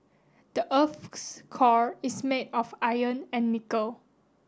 the earth's core is made of iron and nickel